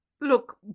look